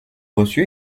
reçut